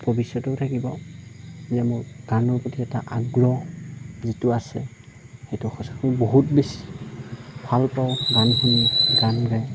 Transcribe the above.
ভৱিষ্যতেও থাকিব যে মোৰ গানৰ প্ৰতি এটা আগ্ৰহ যিটো আছে সেইটো সঁচাকৈ বহুত বেছি ভালপাওঁ গান শুনি গান গায়